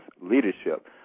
leadership